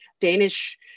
Danish